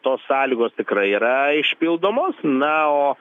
tos sąlygos tikrai yra išpildomos na o